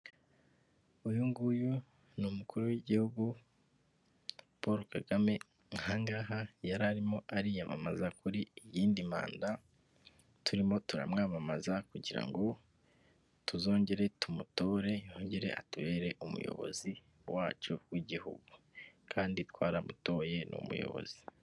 Uyu nguyu ni umukuru w'igihugu Paul Kagame, aha ngaha yararimo ariyamamaza kuri iyindi manda, turimo turamwamamaza kugira ngo tuzongere tumutore yongere atubere umuyobozi wacu w'igihugu kandi twaramutoye ni umuyobozi.